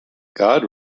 god